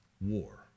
war